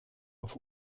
auf